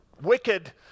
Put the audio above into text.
wicked